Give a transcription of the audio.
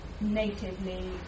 natively